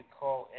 call